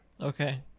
Okay